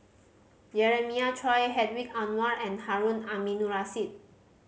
Jeremiah Choy Hedwig Anuar and Harun Aminurrashid